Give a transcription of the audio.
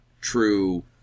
true